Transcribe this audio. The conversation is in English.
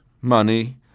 money